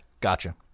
gotcha